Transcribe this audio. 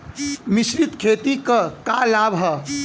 मिश्रित खेती क का लाभ ह?